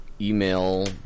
email